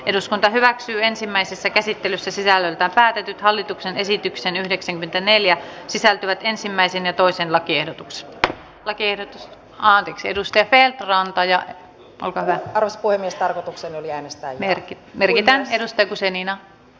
eduskunta hyväksyi ensimmäisessä käsittelyssä sisällöltään päätetyt hallituksen esityksen yhdeksänkymmentäneljä sisältyvät ensimmäisen ja toisen lakiehdotus viedä maan edustajat ben antaja ja korskuimistarkoituksen leviämistä merkki levitä edusti tusenina